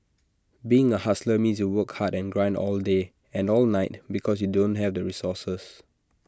being A hustler means you work hard and grind all day and all night because you don't have resources